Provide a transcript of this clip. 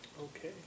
Okay